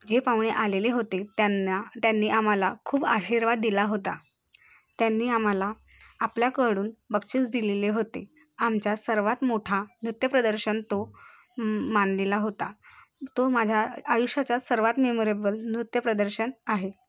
जे पाहुणे आलेले होते त्यांना त्यांनी आम्हाला खूप आशीर्वाद दिला होता त्यांनी आम्हाला आपल्याकडून बक्षीस दिलेले होते आमच्या सर्वात मोठा नृत्य प्रदर्शन तो मानलेला होता तो माझ्या आयुष्याचा सर्वात मेमोरेबल त्य प्रदर्शन आहे